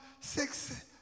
six